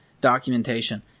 documentation